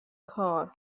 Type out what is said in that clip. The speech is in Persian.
کار